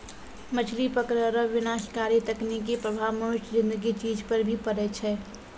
मछली पकड़ै रो विनाशकारी तकनीकी प्रभाव मनुष्य ज़िन्दगी चीज पर भी पड़ै छै